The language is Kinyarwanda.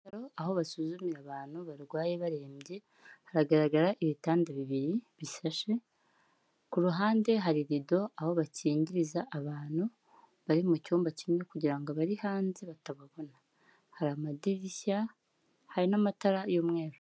Aho basuzumira abantu barwaye barembye, haragaragara ibitanda bibiri bishashe. Ku ruhande hari rido, aho bakingiriza abantu bari mu cyumba kimwe kugira ngo abari hanze batababona, hari amadirishya hari n'amatara y'umweru.